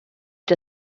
der